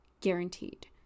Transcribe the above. Guaranteed